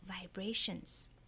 vibrations